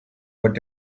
but